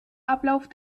ablauf